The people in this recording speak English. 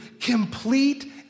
complete